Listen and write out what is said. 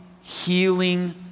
healing